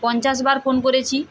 পঞ্চাশবার phone করেছি